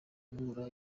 gukura